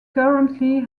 currently